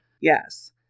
Yes